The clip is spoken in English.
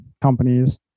companies